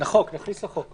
נכניס לחוק.